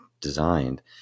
designed